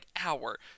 hour